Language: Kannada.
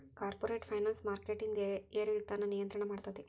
ಕಾರ್ಪೊರೇಟ್ ಫೈನಾನ್ಸ್ ಮಾರ್ಕೆಟಿಂದ್ ಏರಿಳಿತಾನ ನಿಯಂತ್ರಣ ಮಾಡ್ತೇತಿ